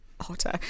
Hotter